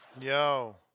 Yo